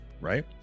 right